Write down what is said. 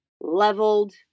leveled